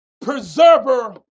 preserver